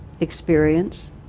experience